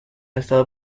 estado